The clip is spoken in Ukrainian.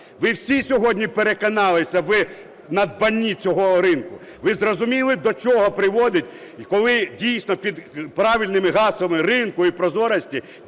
Ви всі сьогодні переконалися в надбанні цього ринку? Ви зрозуміли до чого приводить, коли дійсно під правильними гаслами ринку і прозорості